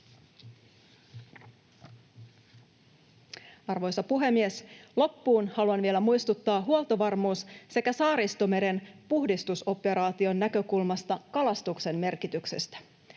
Arvoisa puhemies! Loppuun haluan vielä muistuttaa huoltovarmuuden sekä Saaristomeren puhdistusoperaation näkökulmasta kalastuksen merkityksestä: